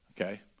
okay